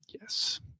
Yes